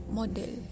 model